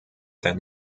than